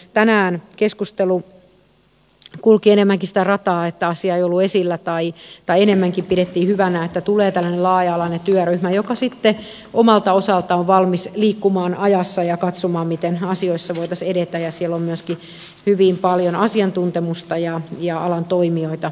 tänään keskustelu kulki enemmänkin sitä rataa että asia ei ollut esillä tai enemmänkin pidettiin hyvänä että tulee tällainen laaja alainen työryhmä joka sitten omalta osaltaan on valmis liikkumaan ajassa ja katsomaan miten asioissa voitaisiin edetä ja siellä on myöskin hyvin paljon asiantuntemusta ja alan toimijoita mukana